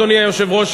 אדוני היושב-ראש,